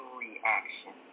reaction